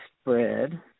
spread